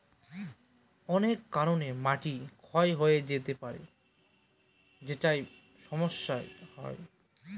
অনেক কারনে মাটি ক্ষয় হয়ে যেতে পারে যেটায় সমস্যা হয়